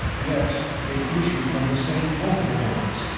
yet they issued from the same vocal chords,